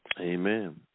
Amen